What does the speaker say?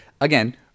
again